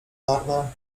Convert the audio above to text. parna